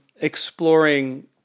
exploring